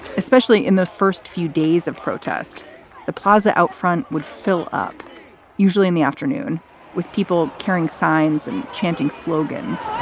especially in the first few days of protest the plaza out front would fill up usually in the afternoon with people carrying signs and chanting slogans.